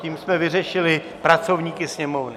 Tím jsme vyřešili pracovníky Sněmovny.